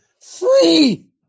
Free